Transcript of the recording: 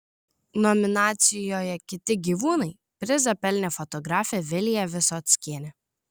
nominacijoje kiti gyvūnai prizą pelnė fotografė vilija visockienė